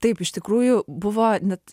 taip iš tikrųjų buvo net